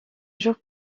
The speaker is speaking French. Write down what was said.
jour